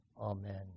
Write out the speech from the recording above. amen